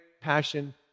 passion